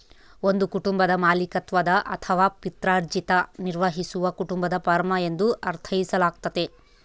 ಒಂದು ಕುಟುಂಬದ ಮಾಲೀಕತ್ವದ ಅಥವಾ ಪಿತ್ರಾರ್ಜಿತ ನಿರ್ವಹಿಸುವ ಕುಟುಂಬದ ಫಾರ್ಮ ಎಂದು ಅರ್ಥೈಸಲಾಗ್ತತೆ